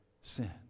sin